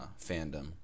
fandom